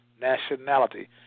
nationality